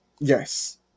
Yes